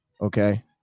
Okay